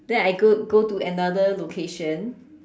then I go go to another location